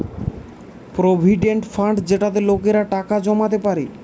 provident fund যেটাতে লোকেরা টাকা জমাতে পারে